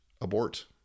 abort